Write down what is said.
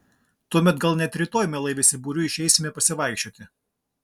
tuomet gal net rytoj mielai visi būriu išeisime pasivaikščioti